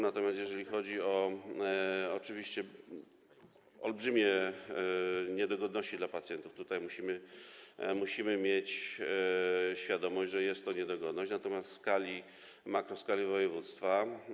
Natomiast jeżeli chodzi o olbrzymie niedogodności dla pacjentów, to tutaj musimy mieć świadomość, że jest to niedogodność, natomiast w skali, w makroskali województwa.